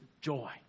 joy